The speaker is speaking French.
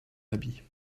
habit